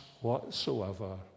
whatsoever